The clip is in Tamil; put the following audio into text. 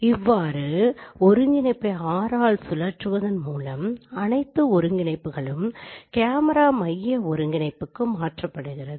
இவ்வாறு ஒருங்கிணைப்பை R ஆல் சுழற்றுவதன் மூலம் அணைத்து ஒருகிணைப்புகளும் கேமரா மைய ஒருங்கிணைப்புக்கு மாற்றப்படுகிறது